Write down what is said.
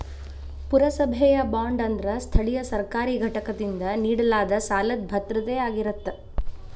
ಪುರಸಭೆಯ ಬಾಂಡ್ ಅಂದ್ರ ಸ್ಥಳೇಯ ಸರ್ಕಾರಿ ಘಟಕದಿಂದ ನೇಡಲಾದ ಸಾಲದ್ ಭದ್ರತೆಯಾಗಿರತ್ತ